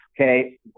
okay